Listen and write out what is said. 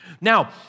Now